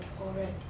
already